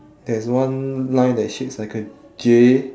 there is one line that shapes like a J